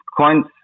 coins